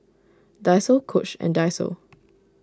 Daiso Coach and Daiso